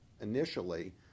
initially